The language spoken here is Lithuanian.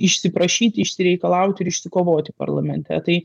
išsiprašyti išsireikalauti ir išsikovoti parlamente tai